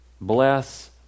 Bless